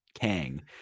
kang